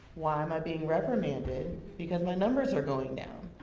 why am i being reprimanded because my numbers are going down?